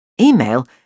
Email